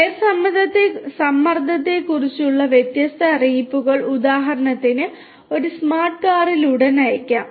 tyre സമ്മർദ്ദത്തെക്കുറിച്ചുള്ള വ്യത്യസ്ത അറിയിപ്പുകൾ ഉദാഹരണത്തിന് ഒരു സ്മാർട്ട് കാറിൽ ഉടൻ അയയ്ക്കാം